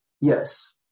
yes